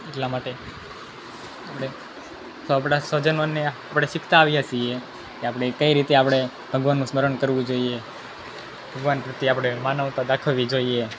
એટલા માટે આપણે તો આપણાં સ્વજનોને આપણે સીખતા આવ્યા છીએ આપણે કઈ રીતે આપણે ભગવાનનું સ્મરણ કરવું જોઈએ ભગવાન પ્રત્યે આપણે માનવતા દાખવવી જોઈએ